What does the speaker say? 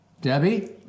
Debbie